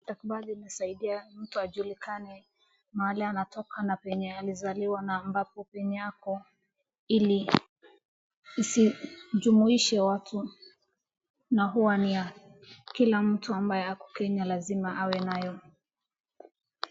Stakabadhi inasaidia mtu ajulikane mahali anatoka na penye alizaliwa na ambapo penye ako ili isijumuishe watu. Na hua ni ya kila mtu ambaye ako Kenya lazima awe nayo.